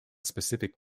specific